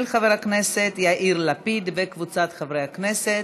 של חבר הכנסת יאיר לפיד וקבוצת חברי הכנסת.